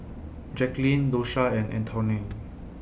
Jacklyn Dosha and Antoine